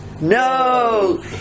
no